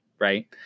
right